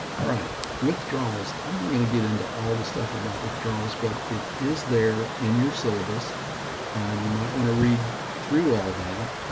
all right, withdrawals, i'm not going to get into all this stuff about withdrawals, but it is there in your syllabus. and you might want to read through all that.